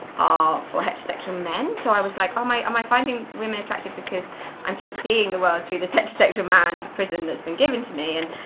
are for heterosexual men so i was like oh am um i finding women attractive because i'm just seeing the world through this heterosexual man prison that's been given to me and,